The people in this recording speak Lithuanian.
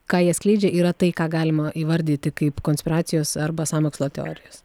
ką jie skleidžia yra tai ką galima įvardyti kaip konspiracijos arba sąmokslo teorijas